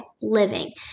living